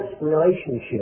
relationship